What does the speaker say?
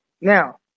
Now